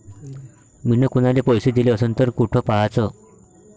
मिन कुनाले पैसे दिले असन तर कुठ पाहाचं?